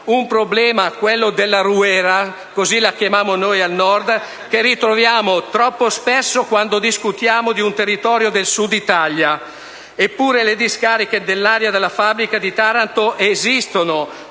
Un problema, quello della ruera (così la chiamiamo al Nord) che ritroviamo troppo spesso quando discutiamo di un territorio del Sud Italia. Eppure le discariche nell'area della fabbrica di Taranto esistono,